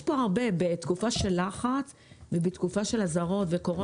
אנחנו מדברים על תקופה של לחץ, אזהרות וקורונה.